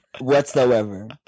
whatsoever